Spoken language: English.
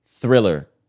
thriller